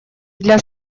для